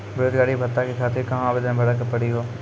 बेरोजगारी भत्ता के खातिर कहां आवेदन भरे के पड़ी हो?